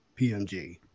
png